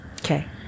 Okay